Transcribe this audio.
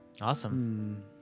Awesome